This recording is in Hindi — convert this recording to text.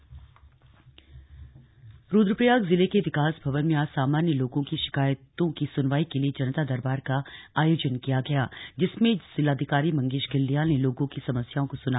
जनता दरबार रूद्रप्रयाग जिले के विकास भवन में आज सामान्य लोगों की शिकायतों की सुनवाई के लिए जनता दरबार का आयोजन किया गया जिसमें जिलाधिकारी मंगेश घिल्डियाल ने लोगों की समस्याओं को सुना